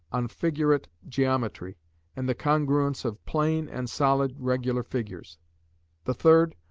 on figurate geometry and the congruence of plane and solid regular figures the third,